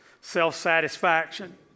self-satisfaction